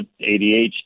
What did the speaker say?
ADHD